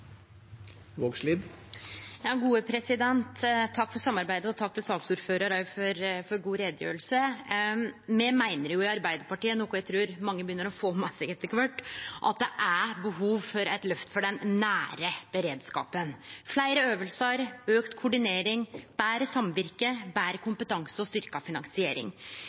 for ei god utgreiing. Me i Arbeidarpartiet meiner, noko eg trur mange begynner å få med seg etter kvart, at det er behov for eit løft for den nære beredskapen: fleire øvingar, auka koordinering, betre samvirke, betre kompetanse og styrkt finansiering.